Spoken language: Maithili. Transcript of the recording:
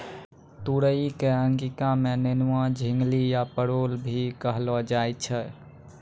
तुरई कॅ अंगिका मॅ नेनुआ, झिंगली या परोल भी कहलो जाय छै